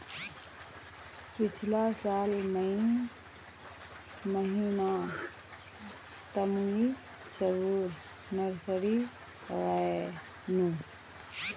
पिछला साल मई महीनातमुई सबोर नर्सरी गायेनू